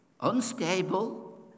Unstable